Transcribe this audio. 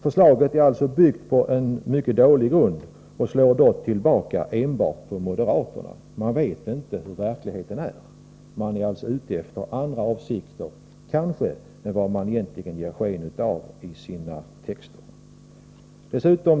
Förslaget vilar således på en mycket svag grund. Det slår tillbaka enbart mot moderaterna. Man vet inte hur verkligheten ser ut. Man kanske är ute i andra avsikter än man ger sken av i sina skrivningar.